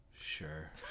Sure